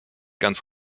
ganz